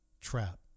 trap